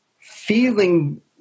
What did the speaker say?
feeling